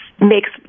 makes